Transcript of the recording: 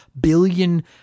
billion